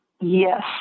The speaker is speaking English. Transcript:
Yes